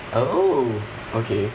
oh okay